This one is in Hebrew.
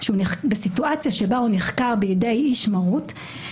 בסיטואציה בה הוא נחקר בידי איש מרות,